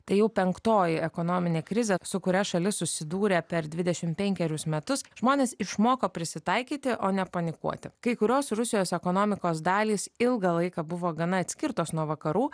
tai jau penktoji ekonominė krizė su kuria šalis susidūrė per dvidešimt penkerius metus žmonės išmoko prisitaikyti o ne panikuoti kai kurios rusijos ekonomikos dalys ilgą laiką buvo gana atskirtos nuo vakarų